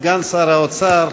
סגן שר האוצר.